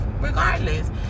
regardless